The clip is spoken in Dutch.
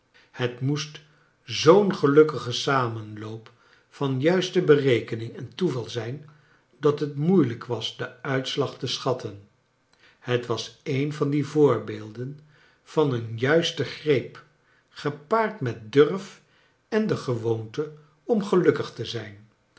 het moest zoo'n gelukkige samenloop van juiste berekening en toeval zijn dat het moeilijk was den uit slag te schatten het was een van die voorbeelden van een juisten greep gepaard met durf en de gewoonte om gelukkig te zijn